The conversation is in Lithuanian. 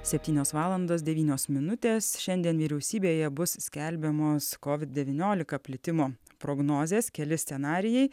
septynios valandos devynios minutės šiandien vyriausybėje bus skelbiamos covid devyniolika plitimo prognozės keli scenarijai